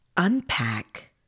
unpack